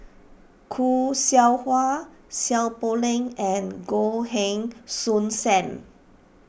Khoo Seow Hwa Seow Poh Leng and Goh Heng Soon Sam